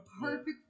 perfect